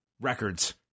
records